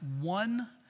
one